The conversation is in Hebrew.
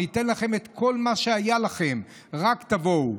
ניתן לכם את כל מה שהיה לכם, רק תבואו.